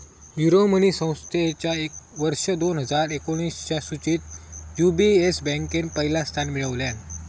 Euromoney संस्थेच्या वर्ष दोन हजार एकोणीसच्या सुचीत यू.बी.एस बँकेन पहिला स्थान मिळवल्यान